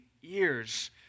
years